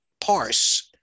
parse